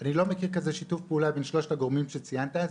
אני לא מכיר כזה שיתוף פעולה בין שלושת הגורמים שציינת.